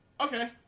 Okay